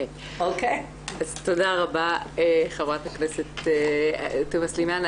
תודה רבה ח"כ תומא סלימאן,